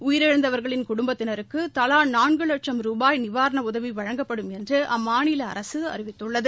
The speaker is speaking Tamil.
உயிரிழந்தவர்களின் குடும்பத்தினருக்கு தலா நான்கு லட்சம் ருபாய் நிவாரண உதவி வழங்கப்படும் என்று அம்மாநில அரசு அறிவித்துள்ளது